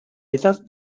edad